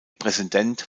präsident